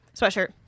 Sweatshirt